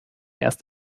erst